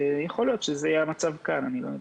יכול להיות שזה יהיה המצב כאן, אני לא יודע.